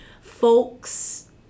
folks